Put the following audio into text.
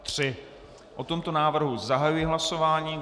O tomto návrhu zahajuji hlasování.